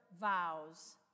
vows